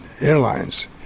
Airlines